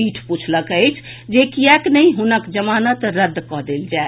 पीठ पुछलक अछि जे किएक नहि हुनक जमानत रद्द कऽ देल जाए